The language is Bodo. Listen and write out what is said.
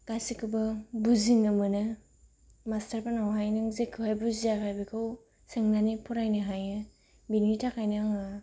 गासैखौबो बुजिनो मोनो मास्टारफोरनावहाय नों जेखौहाय बुजियाखौ बेखौ सोंनानै फरायनो हायो बिनि थाखायनो आङो